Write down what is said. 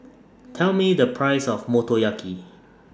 Tell Me The Price of Motoyaki